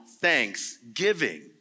thanksgiving